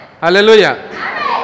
Hallelujah